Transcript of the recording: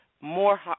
more